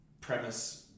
premise